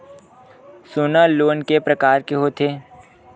सोना लोन के प्रकार के होथे?